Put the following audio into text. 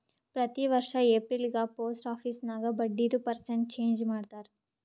ಪ್ರತಿ ವರ್ಷ ಎಪ್ರಿಲ್ಗ ಪೋಸ್ಟ್ ಆಫೀಸ್ ನಾಗ್ ಬಡ್ಡಿದು ಪರ್ಸೆಂಟ್ ಚೇಂಜ್ ಮಾಡ್ತಾರ್